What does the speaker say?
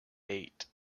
eight